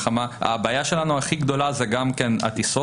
הבעיה הכי גדולה שלנו זה גם הטיסות,